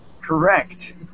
Correct